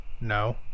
No